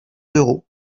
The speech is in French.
d’euros